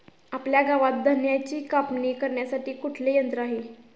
आपल्या गावात धन्याची कापणी करण्यासाठी कुठले यंत्र आहे?